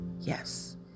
Yes